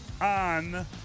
on